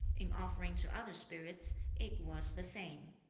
in offering to other spirits it was the same.